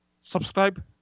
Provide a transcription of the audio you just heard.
subscribe